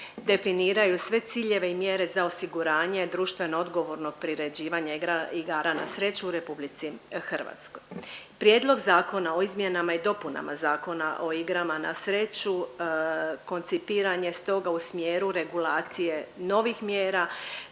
definiraju sve ciljeve i mjere za osiguranje društveno odgovornog priređivanja igara na sreću u RH. Prijedlog zakona o izmjenama i dopunama Zakona o igrama na sreću koncipiran je stoga u smjeru regulacije novih mjera,